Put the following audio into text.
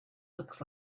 looks